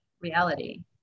reality